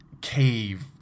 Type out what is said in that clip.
cave